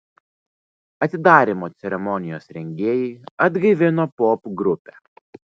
atidarymo ceremonijos rengėjai atgaivino popgrupę